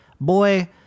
Boy